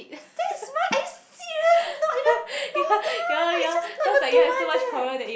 six months are you serious not even no lah it's just not even two months leh